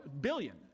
billion